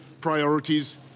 priorities